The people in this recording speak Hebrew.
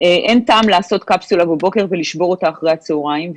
אין טעם לעשות קפסולה בבוקר ולשבור אותה אחר-הצוהריים.